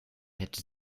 hätte